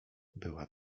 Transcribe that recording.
była